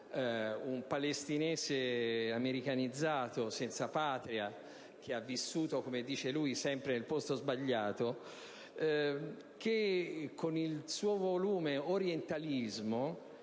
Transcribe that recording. un palestinese americanizzato, senza Patria, che ha vissuto - come dice lui - sempre nel posto sbagliato. Con il suo volume "Orientalismo"